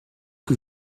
que